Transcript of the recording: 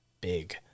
big